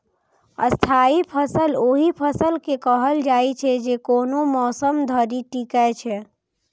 स्थायी फसल ओहि फसल के कहल जाइ छै, जे कोनो मौसम धरि टिकै छै